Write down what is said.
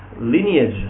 lineage